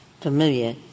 familiar